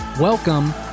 Welcome